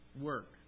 work